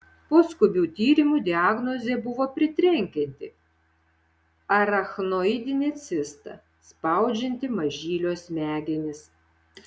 po skubių tyrimų diagnozė buvo pritrenkianti arachnoidinė cista spaudžianti mažylio smegenis